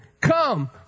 come